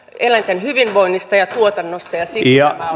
eläinten hyvinvoinnista ja tuotannosta ja